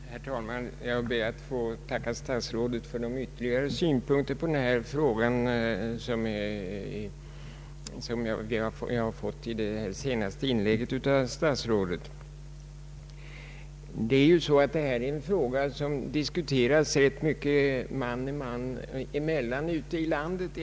Herr talman! Jag ber att få tacka statsrådet för de ytterligare synpunkter på denna fråga som han gav i sitt senaste inlägg. Det gäller här en fråga som har diskuterats rätt mycket man och man emellan ute i landet.